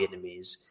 Vietnamese